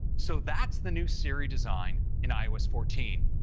so that's the new siri design in ios fourteen.